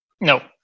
No